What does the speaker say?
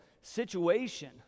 situation